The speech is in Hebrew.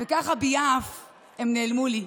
וככה ביעף הם נעלמו לי.